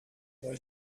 boy